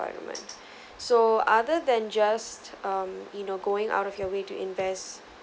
parliament so other than just um you know going out of your way to invest